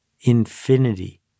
infinity